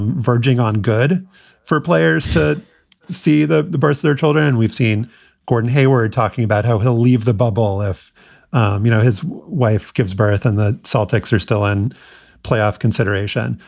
verging on good for players to see the the birth of their children. we've seen gordon hayward talking about how he'll leave the bubble if you know his wife gives birth and the celltex are still in playoff consideration.